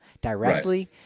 directly